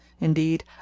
Indeed